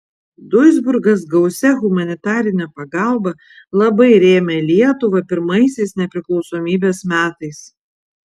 duisburgas gausia humanitarine pagalba labai rėmė lietuvą pirmaisiais nepriklausomybės metais